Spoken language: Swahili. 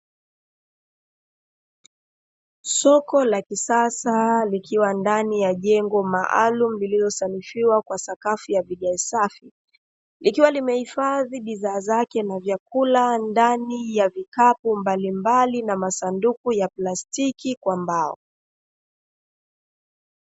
Soko la kisasa likiwa ndani ya jengo maalumu lililo sanifiwa kwa sakafu ya vigae safi, likiwa limehifadhi bidhaa zake na vyakula ndani ya vikapu mbalimbali na masanduku ya plastiki kwa mbao.